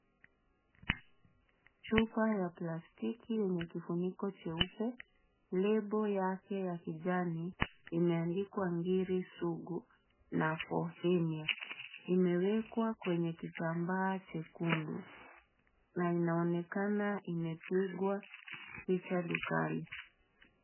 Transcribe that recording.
Chupa ya plastiki yenye kifuniko jeupe leble yake ya kijani imeandikwa ngiri sugu na for hernia imewekwa kwenye kitamba chekundu na inaonekana imepikwa picha dukani.